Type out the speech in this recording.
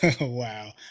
wow